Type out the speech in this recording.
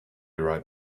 right